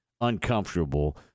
uncomfortable